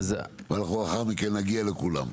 ואנחנו לאחר מכן נגיע לכולם.